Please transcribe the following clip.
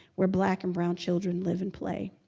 where black and brown children live and play.